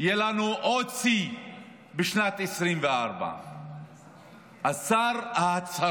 יהיה לנו עוד שיא בשנת 2024. אז שר ההצהרות,